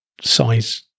size